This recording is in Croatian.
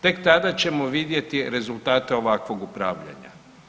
Tek tada ćemo vidjeti rezultate ovakvog upravljanja.